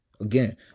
Again